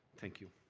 thank you.